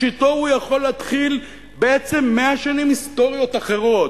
שאתו הוא יכול להתחיל בעצם 100 שנות היסטוריה אחרות,